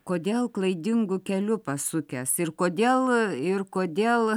kodėl klaidingu keliu pasukęs ir kodėl ir kodėl